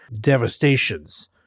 devastations